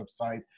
website